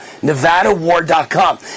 NevadaWar.com